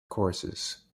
courses